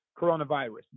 coronavirus